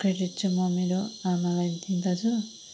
credit चाहिँ म मेरो आमालाई दिँदछु